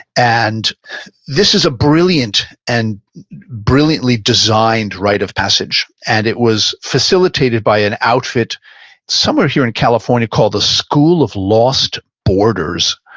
and this is a brilliant and brilliantly designed rite of passage. and it was facilitated by an outfit somewhere here in california called the school of lost borders,